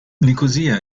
nikosia